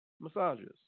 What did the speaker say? massages